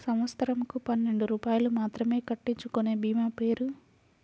సంవత్సరంకు పన్నెండు రూపాయలు మాత్రమే కట్టించుకొనే భీమా పేరు?